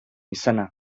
izana